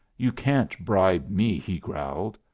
you can't bribe me, he growled.